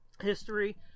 history